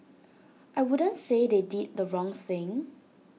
I wouldn't say they did the wrong thing